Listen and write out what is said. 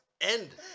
end